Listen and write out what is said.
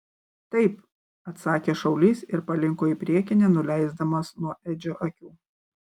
taip atsakė šaulys ir palinko į priekį nenuleisdamas nuo edžio akių